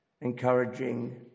encouraging